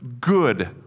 good